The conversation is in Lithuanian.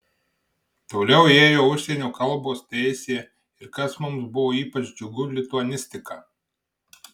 toliau ėjo užsienio kalbos teisė ir kas mums buvo ypač džiugu lituanistika